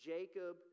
Jacob